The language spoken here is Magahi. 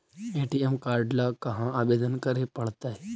ए.टी.एम काड ल कहा आवेदन करे पड़तै?